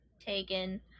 taken